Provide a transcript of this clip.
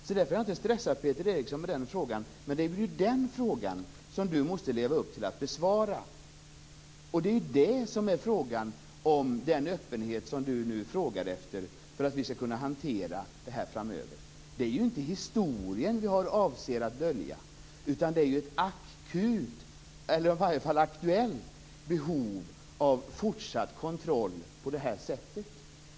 Därför har jag inte stressat Peter Eriksson med den frågan, men det är den han måste leva upp till att besvara. Det är den som gäller den öppenhet som han nu frågar efter, för att vi skall kunna hantera det här framöver. Vi avser inte att dölja historien, utan det finns ett aktuellt behov av fortsatt kontroll på det här sättet.